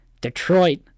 Detroit